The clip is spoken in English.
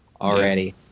already